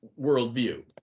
worldview